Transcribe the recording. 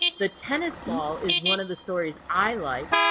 the tennis ball is one of the stories i like,